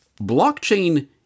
blockchain